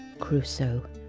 Crusoe